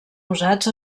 usats